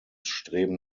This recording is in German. streben